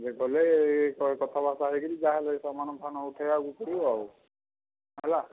ଗଲେ କଥାବାର୍ତ୍ତା ହେଇକିରି ଯାହାହେଲେ ସାମାନ ଫାମାନ ଉଠେଇବାକୁ ପଡ଼ିବ ଆଉ ହେଲା